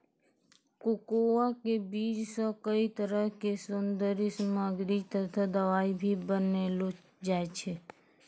cocoa के बीज सॅ कई तरह के सौन्दर्य सामग्री तथा दवाई भी बनैलो जाय छै